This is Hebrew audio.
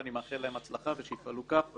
ואני מאחל להם הצלחה ושיפעלו כך.